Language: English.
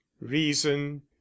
reason